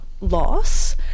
loss